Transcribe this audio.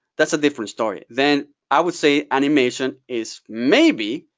that's a different story, then i would say animation is maybe,